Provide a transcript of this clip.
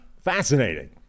Fascinating